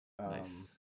Nice